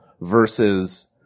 versus